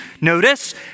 notice